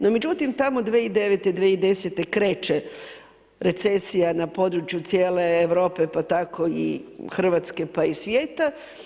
No međutim tamo 2009. 2010. kreće recesija na području cijele Europe pa tako i Hrvatske pa i svijeta.